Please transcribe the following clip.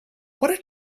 what